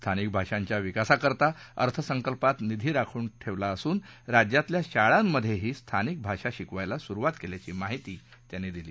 स्थानिक भाषांच्या विकासाकरता अर्थसंकल्पात निधी राखून ठेवला असून राज्यातल्या शाळांमध्येही स्थानिक भाषा शिकवायला सुरुवात केल्याची माहिती त्यांनी दिली